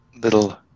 little